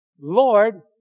Lord